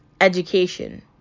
education